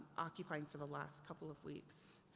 occupying for the last couple of weeks.